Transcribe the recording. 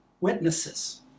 witnesses